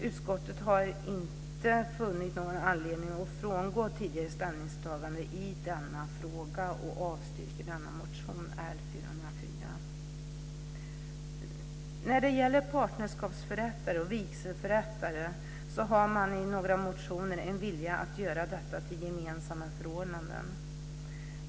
Utskottet har inte funnit någon anledning att frångå tidigare ställningstagande i denna fråga och avstyrker motion L404. I några motioner finns det en vilja att göra partnerskapsförrättare och vigselförrättare till ett gemensamt förordnande.